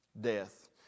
death